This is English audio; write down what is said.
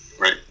Right